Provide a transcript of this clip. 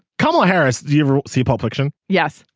come on harris. do you ever see pulp fiction. yes.